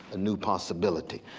a new possibility.